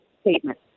statement